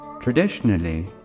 Traditionally